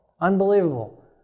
unbelievable